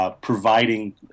Providing